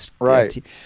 right